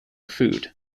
food